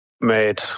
made